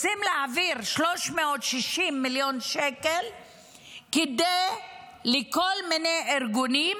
רוצים להעביר 360 מיליון שקל לכל מיני ארגונים,